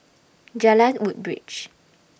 Jalan Woodbridge